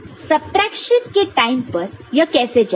subtraction के time पर यह कैसे चलता है